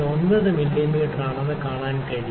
9 മില്ലിമീറ്ററാണെന്ന് നമുക്ക് കാണാൻ കഴിയും